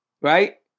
right